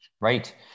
Right